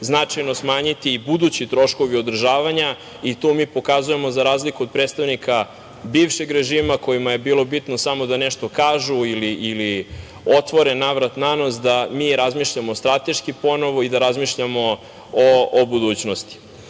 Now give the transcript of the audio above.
značajno smanjiti i budući troškovi održavanja. Tu mi pokazujemo za razliku od predstavnika bivšeg režima, kojima je bilo bitno samo da nešto kažu ili otvore na vrat-na nos, da mi razmišljamo strateški ponovo i da razmišljamo o budućnosti.Za